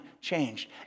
changed